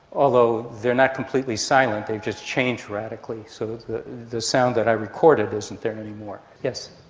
although they're not completely silent, they've just changed radically so the sound that i recorded isn't there any more. yes?